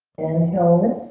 and held it